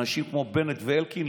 אנשים כמו בנט ואלקין,